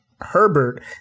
Herbert